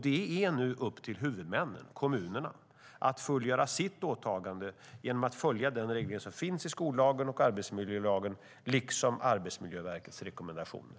Det är nu upp till huvudmännen - kommunerna - att fullgöra sitt åtagande genom att följa såväl den reglering som finns i skollagen och arbetsmiljölagen som Arbetsmiljöverkets rekommendationer.